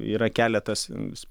yra keletas